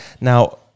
Now